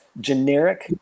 generic